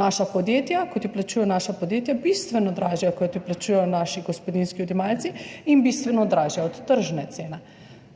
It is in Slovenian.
naša podjetja, kot jo plačujejo naša podjetja, bistveno dražja, kot jo plačujejo naši gospodinjski odjemalci, in bistveno dražja od tržne cene.